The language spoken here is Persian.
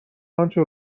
آنچه